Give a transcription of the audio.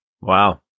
Wow